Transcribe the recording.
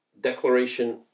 Declaration